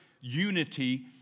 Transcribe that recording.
unity